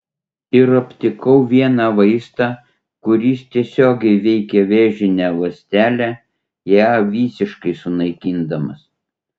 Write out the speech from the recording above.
ir aptikau vieną vaistą kuris tiesiogiai veikia vėžinę ląstelę ją visiškai sunaikindamas